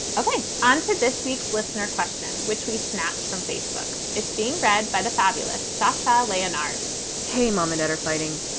ok, onto this week's listener question, which we snatched from facebook. it's being read by the fabulous shachar leonhard hey, mom and dad are fighting.